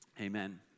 amen